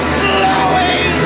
slowing